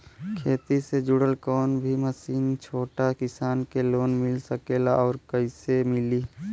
खेती से जुड़ल कौन भी मशीन छोटा किसान के लोन मिल सकेला और कइसे मिली?